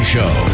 Show